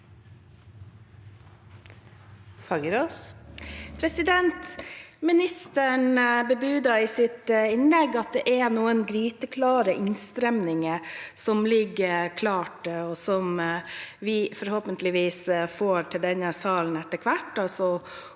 Ministeren bebudet i sitt innlegg at det er noen gryteklare innstramminger som ligger klare, og som vi forhåpentligvis får til denne salen etter hvert,